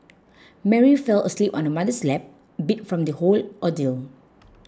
Mary fell asleep on her mother's lap beat from the whole ordeal